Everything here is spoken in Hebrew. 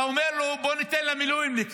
אתה אומר לו: בוא ניתן למילואימניקים.